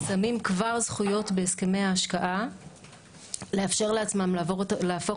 שמים כבר זכויות בהסכמי ההשקעה לאפשר לעצמם להפוך